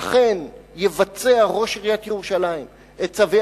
אכן יבצע ראש עיריית ירושלים את צווי